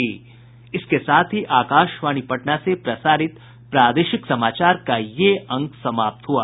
इसके साथ ही आकाशवाणी पटना से प्रसारित प्रादेशिक समाचार का ये अंक समाप्त हुआ